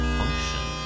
function